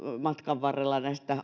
matkan varrella näistä